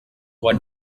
what